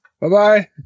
bye-bye